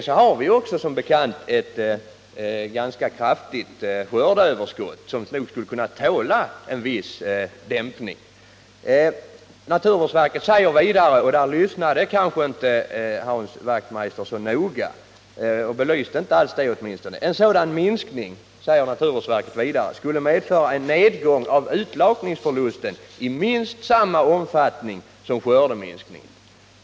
Så har vi också som bekant ett ganska stort skördeöverskott som nog skulle kunna tåla en viss reducering. Naturvårdsverket säger vidare — det lyssnade kanske inte Hans Wachtmeister så noga på, han belyste det åtminstone inte alls — att en sådan minskning skulle medföra en nedgång av utlakningsförlusten i minst samma omfattning som skördeminskningen.